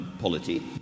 polity